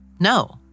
No